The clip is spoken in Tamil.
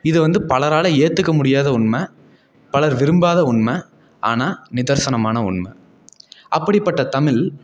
இதை வந்து பலரால் ஏற்றுக்க முடியாத உண்மை பலர் விரும்பாத உண்மை ஆனால் நிதர்சனமான உண்மை அப்படிப்பட்ட தமிழ்